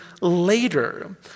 later